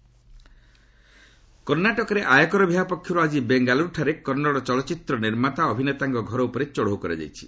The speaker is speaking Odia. କର୍ଣ୍ଣାଟକ ଆଇଟି ରେଡ୍ କର୍ଣ୍ଣାଟକରେ ଆୟକର ବିଭାଗ ପକ୍ଷରୁ ଆଜି ବେଙ୍ଗାଲ୍ରରୁଠାରେ କନ୍ନଡ଼ ଚଳଚ୍ଚିତ୍ର ନିର୍ମାତା ଓ ଅଭିନେତାଙ୍କ ଘର ଉପରେ ଚଢ଼ଉ କରାଯାଇଛି